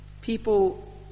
People